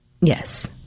Yes